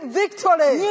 victory